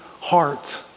heart